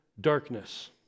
darkness